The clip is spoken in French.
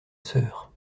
sœur